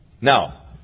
Now